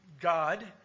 God